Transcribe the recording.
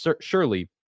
surely